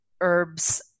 herbs